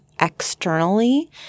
externally